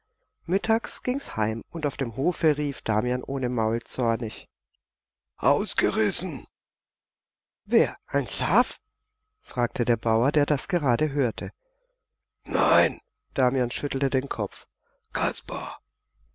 mittags ging's heim und auf dem hofe rief damian ohne maul zornig ausgerissen wer ein schaf fragte der bauer der das gerade hörte nein damian schüttelte den kopf kasper